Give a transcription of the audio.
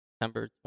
September